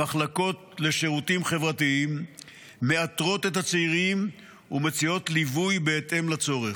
המחלקות לשירותים חברתיים מאתרות את הצעירים ומציעות ליווי בהתאם לצורך.